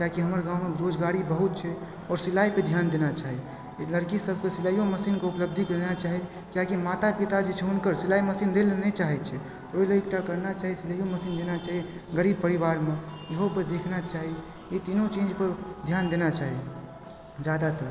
किएक कि हमर गाँवमे रोजगारी बहुत छै आओर सिलाइपर ध्यान देना चाही लड़की सबके सिलाइयो मशीनके उपलब्धि कराना चाही किएक कि माता पिता जे छै हुनकर सिलाइ मशीन दै लए नहि चाहय छै ओइ लए एक टा करना चाही सिलाइयो मशीन देना चाही गरीब परिवारमे इएहो पर देखना चाही ई तीनू चीजपर ध्यान देना चाही जादातर